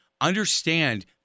understand